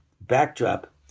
backdrop